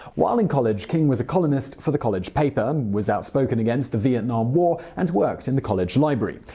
while in college, king was a columnist for the college paper, was outspoken against the vietnam war, and worked in the college library.